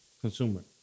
consumer